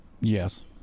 yes